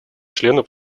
члены